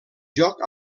joc